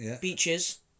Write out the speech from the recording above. beaches